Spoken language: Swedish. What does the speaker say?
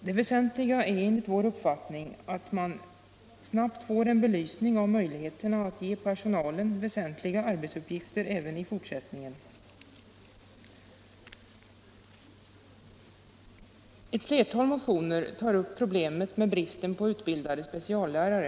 Det väsentliga är enligt vår uppfattning att man snabbt får en belysning av möjligheterna att ge personalen väsentliga arbetsuppgifter även i fortsättningen. Ett flertal motioner tar upp problemet med bristen på utbildade speciallärare.